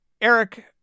Eric